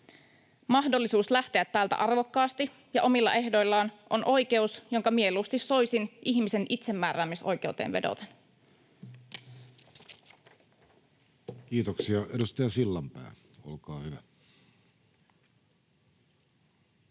Mahdollisuus lähteä täältä arvokkaasti ja omilla ehdoillaan on oikeus, jonka mieluusti soisin ihmisen itsemääräämisoikeuteen vedoten. [Speech 146] Speaker: